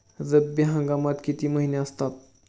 रब्बी हंगामात किती महिने असतात?